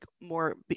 more